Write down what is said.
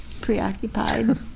preoccupied